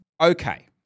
okay